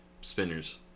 spinners